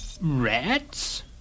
Rats